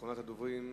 אחרונת הדוברים,